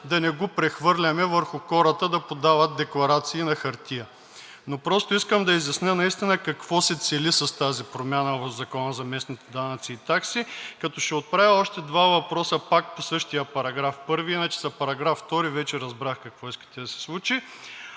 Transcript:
да не го прехвърляме върху хората да подават декларации на хартия. Просто наистина искам да изясня какво се цели с тази промяна в Закона за местните данъци и такси, като ще отправя още два въпроса пак по същия § 1, иначе за § 2 вече разбрах какво искате да се случи,